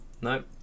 Nope